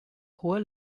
hohe